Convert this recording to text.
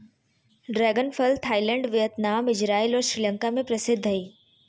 dragon फल Thailand Vietnam, Israel और श्रीलंका में प्रसिद्ध हइ